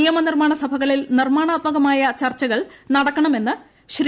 നിയമനിർമ്മാണ സഭകളിൽ നിർമ്മാണാത്മകമായ ചർച്ചകൾ നടക്കണമെന്ന് ശ്രീ